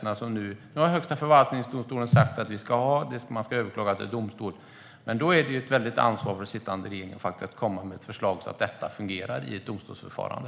Nu har Högsta förvaltningsdomstolen sagt att man ska kunna överklaga till domstol, men då har den sittande regeringen ett väldigt ansvar att komma med ett förslag så att detta fungerar i ett domstolsförfarande.